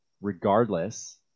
regardless